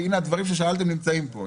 והינה הדברים ששאלתם נמצאים פה.